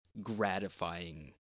gratifying